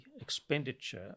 expenditure